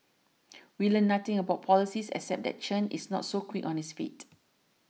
we learnt nothing about policies except that Chen is not so quick on his feet